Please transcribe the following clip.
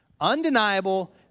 undeniable